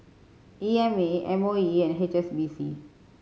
E M A M O E and H S B C